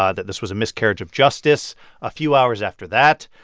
ah that this was a miscarriage of justice a few hours after that,